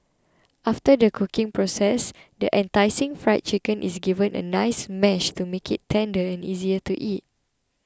after the cooking process this enticing Fried Chicken is given a nice mash to make it tender and easier to eat